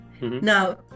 Now